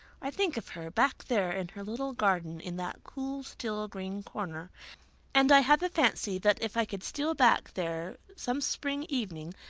i think of her, back there in her little garden in that cool, still, green corner and i have a fancy that if i could steal back there some spring evening,